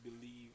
believe